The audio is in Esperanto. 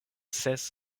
ses